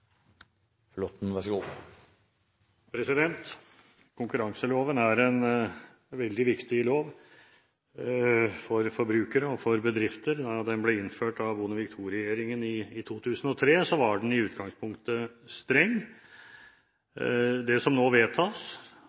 Konkurranseloven er en veldig viktig lov for forbrukere og for bedrifter. Da den ble innført av Bondevik II-regjeringen i 2003, var den i utgangspunktet streng. Det som nå vedtas